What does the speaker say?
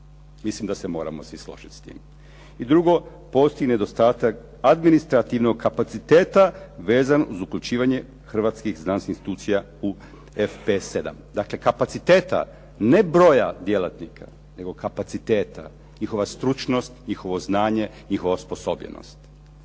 Mislim da se moramo svi složiti s tim. I drugo, postoji nedostatak administrativnog kapaciteta vezan uz uključivanje hrvatskih znanstvenih institucija u FP 7, dakle kapaciteta, ne broja djelatnika, nego kapaciteta, njihova stručnost, njihovo znanje, njihova osposobljenost.